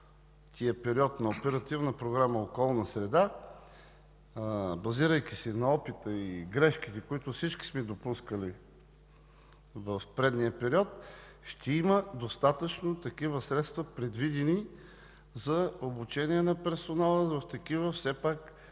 период на Оперативна програма „Околна среда”, базирайки се на опита и грешките, които всички сме допускали в предния период, ще има достатъчно такива средства предвидени за обучение на персонала на такива не малко